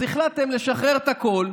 אז החלטתם לשחרר את הכול,